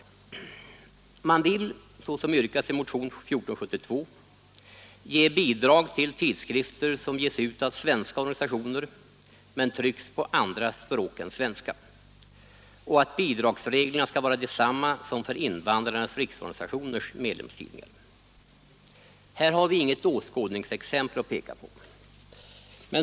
Reservanterna vill, som yrkas i motionen 1472, lämna bidrag till tidskrifter som ges ut av svenska organisationer men trycks på andra språk än svenska, och anser att bidragsreglerna skall vara desamma som för invandrarnas riksorganisationers medlemstidningar. Här har vi inget åskådningsexempel att peka på.